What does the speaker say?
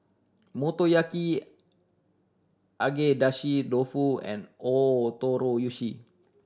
Motoyaki Agedashi Dofu and Ootoro Yushi